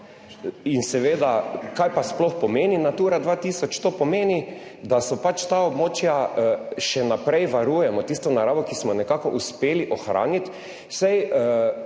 In seveda, kaj pa sploh pomeni Natura 2000? To pomeni, da so pač ta območja še naprej varujemo tisto naravo, ki smo jo nekako uspeli ohraniti. Saj